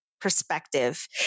perspective